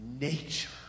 nature